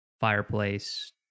fireplace